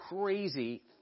crazy